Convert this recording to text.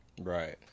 Right